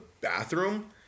bathroom